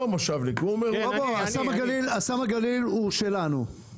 אסם הגליל הוא שלנו,